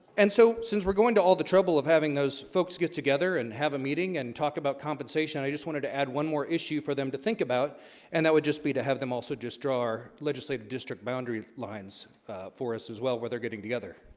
and so since we're going to all the trouble of having those folks get together together and have a meeting and talk about compensation i just wanted to add one more issue for them to think about and that would just be to have them also just draw our legislative district boundary lines for us as well where they're getting together